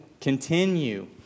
continue